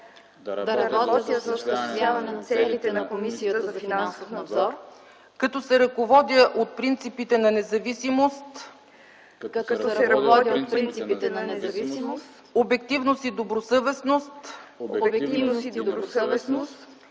да работя за осъществяването на целите на Комисията за финансов надзор, като се ръководя от принципите на независимост, обективност и добросъвестност